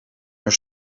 haar